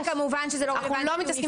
רביעי, כמובן שזה לא רלוונטי, הוא נפטר.